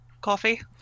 coffee